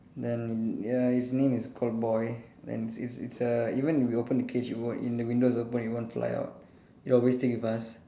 then in ya his name is called boy then it's it's uh even if we open the cage it won't if the window is open it won't fly out it always stick with us